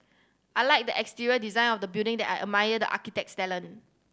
I like the exterior design of the building that I admire the architect's talent